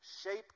shape